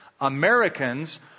Americans